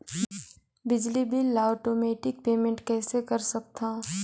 बिजली बिल ल automatic payment कइसे कर सकथव?